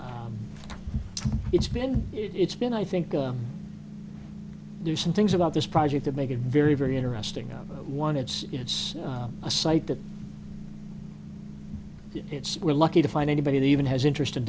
it's been it's been i think there's some things about this project that make it very very interesting number one it's it's a site that it's we're lucky to find anybody even has interest in